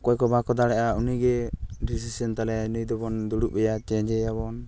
ᱚᱠᱚᱭ ᱠᱚ ᱵᱟᱠᱚ ᱫᱟᱲᱮᱭᱟᱜᱼᱟ ᱩᱱᱤᱜᱮ ᱰᱤᱥᱤᱥᱮᱱ ᱛᱟᱞᱮᱭᱟᱭ ᱱᱩᱭ ᱫᱚᱵᱚᱱ ᱫᱩᱲᱩᱵ ᱮᱭᱟ ᱪᱮᱸᱡᱮᱭᱟᱵᱚᱱ